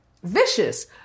Vicious